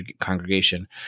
congregation